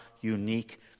unique